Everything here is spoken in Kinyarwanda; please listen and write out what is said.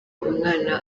umwana